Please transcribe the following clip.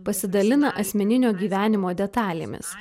pasidalina asmeninio gyvenimo detalėmis